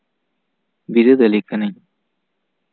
ᱵᱤᱨᱟᱹᱫᱟᱹᱞᱤ ᱠᱟᱱᱟᱧ